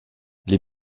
les